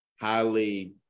highly